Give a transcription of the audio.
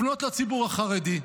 לפנות לציבור החרדי,